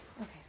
Okay